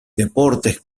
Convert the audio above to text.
deportes